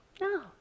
No